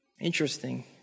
Interesting